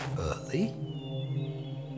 early